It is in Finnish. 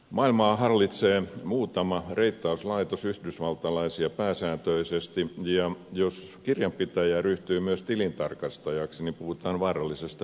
maailmaa hallitsee muutama reittauslaitos yhdysvaltalaisia pääsääntöisesti ja jos kirjanpitäjä ryhtyy myös tilintarkastajaksi niin puhutaan vaarallisesta työyhdistelmästä